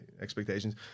expectations